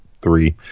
three